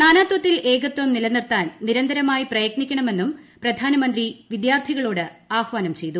നാനാത്വത്തിൽ ഏകത്വം നിലനിർത്താൻ നിരന്തരമായി പ്രയത്നിക്കണമെന്നും പ്രധാനമന്ത്രി വിദ്യാർത്ഥികളോട് ആഹ്വാനൂം ചെയ്തു